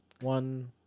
one